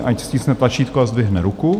Ať stiskne tlačítko a zdvihne ruku.